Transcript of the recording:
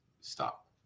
stop